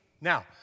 Now